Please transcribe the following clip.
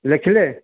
ଲେଖିଲେ